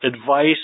advice